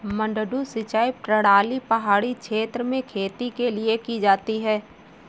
मडडू सिंचाई प्रणाली पहाड़ी क्षेत्र में खेती के लिए की जाती है